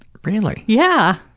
really? yeah.